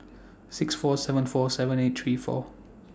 six four seven four seven eight three four